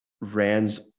Rand's